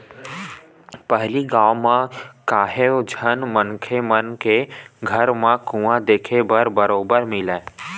पहिली गाँव म काहेव झन मनखे मन के घर म कुँआ देखे बर बरोबर मिलय